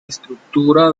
estructura